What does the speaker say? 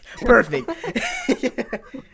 Perfect